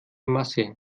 masse